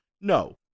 no